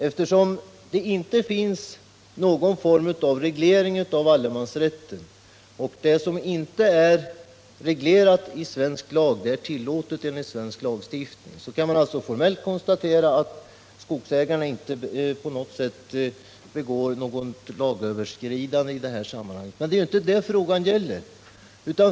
Eftersom det inte finns någon form av reglering av allemansrätten — och det har icke bestridits — och eftersom det som inte är reglerat i svensk lag enligt svensk lagstiftning är tillåtet, kan man formellt konstatera att skogsägarna inte gör sig skyldiga till något lagöverskridande i detta sammanhang. Men det är ju inte det frågan gäller.